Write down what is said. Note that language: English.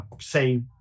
say